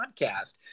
podcast